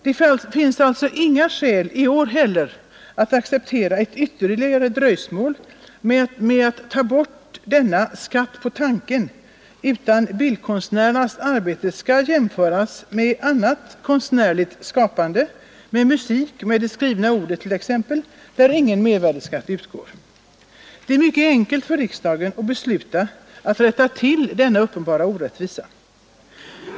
Det finns alltså rn inga skäl i år heller att acceptera ett ytterligare dröjsmål med att ta bort Mervärdeskatt vid denna ”skatt på tanken”, utan bildkonstnärernas arbete skall jämföras förstagångsförmed annat konstnärligt skapande — med musik och med det skrivna säljning av konst ordet t.ex. — där ingen mervärdeskatt utgår. Det är mycket enkelt för riksdagen att besluta att rätta till denna uppenbara orättvisa.